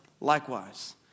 likewise